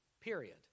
period